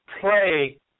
play